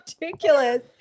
ridiculous